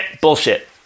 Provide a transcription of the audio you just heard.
bullshit